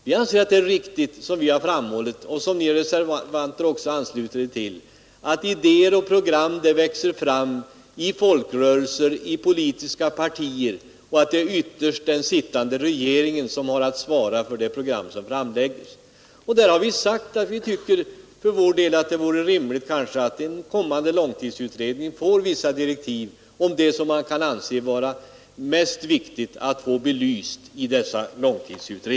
Vi anser det riktigt — och det har ni reservanter också anslutit er till — att idéer och program växer fram i folkrörelser och politiska partier och att det ytterst är den sittande regeringen som har att svara för det program som framlägges. Vi har också sagt att det enligt vår mening kunde vara rimligt att en kommande långtidsutredning får vissa direktiv om vad som kan anses vara viktigast att få belyst.